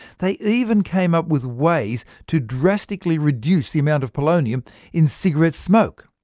they even came up with ways to drastically reduce the amount of polonium in cigarette smoke.